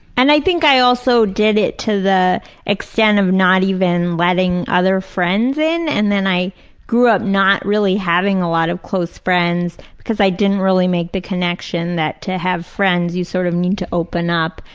and i think i also did it to the extent of not even letting other friends in. and then i grew up not really having a lot of close friends because i didn't really make the connection that to have friends you sort of need to open up.